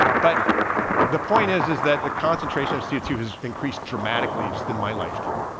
but the point is, is that the concentration of c o two has increased dramatically just in my lifetime,